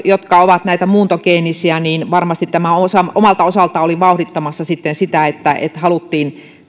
jotka ovat muuntogeenisiä niin varmasti tämä omalta osaltaan oli vauhdittamassa sitten sitä että että haluttiin